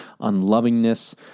unlovingness